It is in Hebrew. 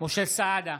משה סעדה,